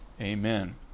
Amen